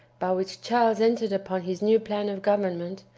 by which charles entered upon his new plan of government,